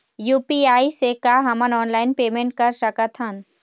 UPI से का हमन ऑनलाइन पेमेंट कर सकत हन?